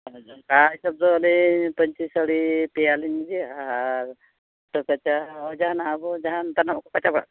ᱚᱱᱠᱟ ᱦᱤᱥᱟᱹᱵᱽ ᱫᱚ ᱟᱹᱞᱤᱧ ᱯᱟᱹᱧᱪᱤ ᱥᱟᱹᱲᱤ ᱯᱮᱭᱟᱞᱤᱧ ᱟᱹᱜᱩᱭᱟ ᱟᱨ ᱯᱷᱩᱴᱟᱹ ᱠᱟᱪᱟ ᱡᱟᱦᱟᱱᱟᱜ ᱟᱵᱚ ᱡᱟᱦᱟᱱ ᱛᱟᱱᱟᱜ ᱠᱚ ᱪᱟᱵᱟᱜ ᱠᱟᱱᱟ